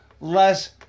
less